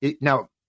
Now